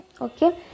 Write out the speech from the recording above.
okay